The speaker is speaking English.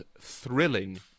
thrilling